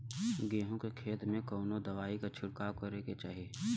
गेहूँ के खेत मे कवने दवाई क छिड़काव करे के चाही?